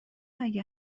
اگه